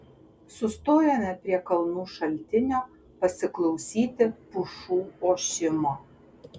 sustojome prie kalnų šaltinio pasiklausyti pušų ošimo